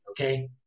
okay